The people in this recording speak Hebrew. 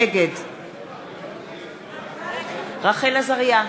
נגד רחל עזריה,